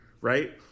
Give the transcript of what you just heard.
right